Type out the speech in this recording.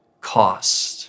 cost